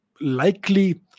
likely